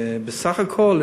בסך הכול,